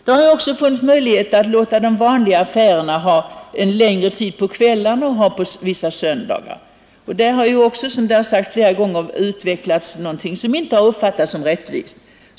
Det har också varit möjligt att låta vanliga affärer ha öppet längre på kvällarna och på vissa söndagar. Men som redan framhållits här flera gånger har det också där blivit en utveckling som inte uppfattats som rättvis.